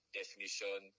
definition